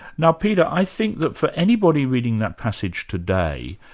now peter, i think that for anybody reading that passage today,